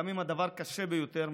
גם אם הדבר קשה ביותר,